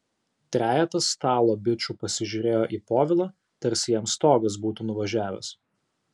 trejetas stalo bičų pasižiūrėjo į povilą tarsi jam stogas būtų nuvažiavęs